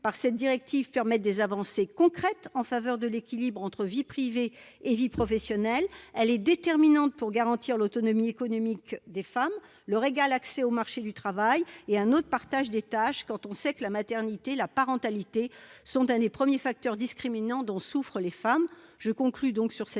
par cette directive permettent des avancées concrètes en faveur de l'équilibre entre vie privée et vie professionnelle. Cette directive est déterminante pour garantir l'autonomie économique des femmes, leur égal accès au marché du travail et un autre partage des tâches, sachant que la maternité et la parentalité sont parmi les premiers facteurs discriminants dont souffrent les femmes. En conclusion, le